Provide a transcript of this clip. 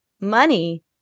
money